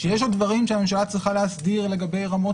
שיש עוד דברים שהממשלה צריכה להסדיר לגבי רמות